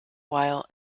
while